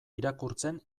irakurtzen